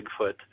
Bigfoot